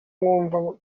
mwumva